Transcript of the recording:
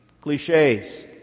cliches